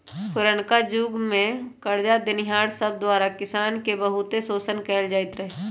पुरनका जुग में करजा देनिहार सब द्वारा किसान के बहुते शोषण कएल जाइत रहै